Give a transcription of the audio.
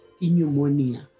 pneumonia